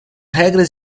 regras